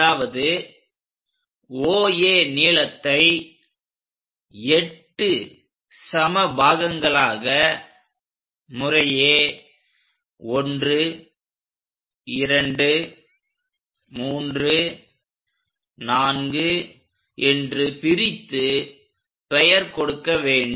அதாவது OA நீளத்தை 8 சம பாகங்களாக முறையே 1234 என்று பிரித்து பெயர் கொடுக்க வேண்டும்